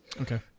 Okay